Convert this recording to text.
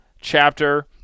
chapter